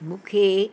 मूंखे